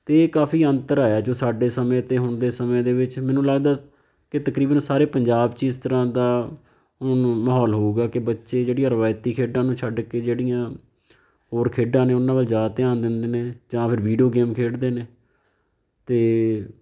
ਅਤੇ ਕਾਫੀ ਅੰਤਰ ਆਇਆ ਜੋ ਸਾਡੇ ਸਮੇਂ 'ਤੇ ਹੁਣ ਦੇ ਸਮੇਂ ਦੇ ਵਿੱਚ ਮੈਨੂੰ ਲੱਗਦਾ ਕਿ ਤਕਰੀਬਨ ਸਾਰੇ ਪੰਜਾਬ 'ਚ ਹੀ ਇਸ ਤਰ੍ਹਾਂ ਦਾ ਹੁਣ ਮ ਮਾਹੌਲ ਹੋਵੇਗਾ ਕਿ ਬੱਚੇ ਜਿਹੜੀਆਂ ਰਵਾਇਤੀ ਖੇਡਾਂ ਨੂੰ ਛੱਡ ਕੇ ਜਿਹੜੀਆਂ ਹੋਰ ਖੇਡਾਂ ਨੇ ਉਹਨਾਂ ਵੱਲ ਜ਼ਿਆਦਾ ਧਿਆਨ ਦਿੰਦੇ ਨੇ ਜਾਂ ਫਿਰ ਵੀਡੀਓ ਗੇਮ ਖੇਡਦੇ ਨੇ ਅਤੇ